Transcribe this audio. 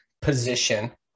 position